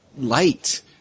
light